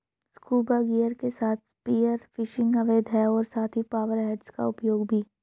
scuba gear के साथ spear fishing अवैध है और साथ ही पावर हेड्स का उपयोग भी